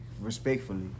respectfully